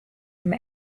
him